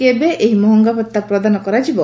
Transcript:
କେବେ ଏହି ମହଙ୍ଗା ଭତ୍ତା ପ୍ରଦାନ କରାଯିବ